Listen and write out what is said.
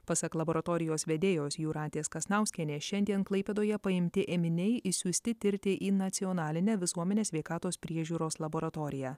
pasak laboratorijos vedėjos jūratės kasnauskienės šiandien klaipėdoje paimti ėminiai išsiųsti tirti į nacionalinę visuomenės sveikatos priežiūros laboratoriją